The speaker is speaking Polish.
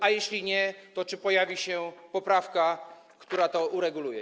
A jeśli nie, to czy pojawi się poprawka, która to ureguluje?